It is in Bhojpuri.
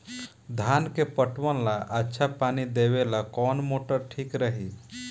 धान के पटवन ला अच्छा पानी देवे वाला कवन मोटर ठीक होई?